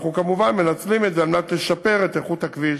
אנחנו כמובן מנצלים את זה על מנת לשפר את איכות הכביש